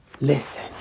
Listen